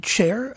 Chair